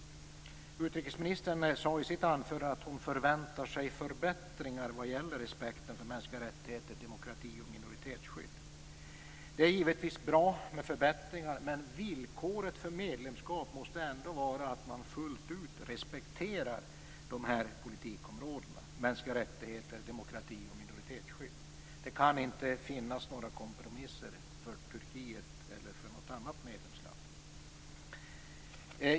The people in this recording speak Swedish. Utrikesministern sade i sitt anförande att hon förväntar sig förbättringar vad gäller respekten för mänskliga rättigheter, demokrati och minoritetsskydd. Det är givetvis bra med förbättringar, men villkoret för medlemskap måste ändå vara att man fullt ut respekterar politikområdena mänskliga rättigheter, demokrati och minoritetsskydd. Det kan inte finnas några kompromisser för Turkiet eller för något av medlemsländerna.